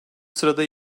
sırada